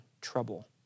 trouble